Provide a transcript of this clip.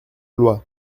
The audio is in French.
loi